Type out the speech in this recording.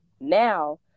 now